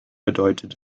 bedeutet